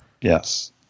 Yes